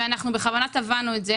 אנחנו בכוונה תבענו את זה.